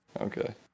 Okay